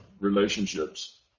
relationships